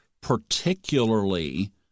particularly